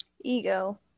Ego